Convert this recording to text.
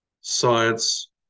Science